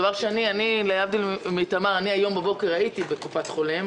דבר שני, להבדיל מתמר, הבוקר הייתי בקופת חולים